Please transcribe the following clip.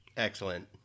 Excellent